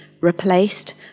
replaced